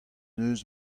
deus